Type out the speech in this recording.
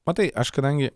matai aš kadangi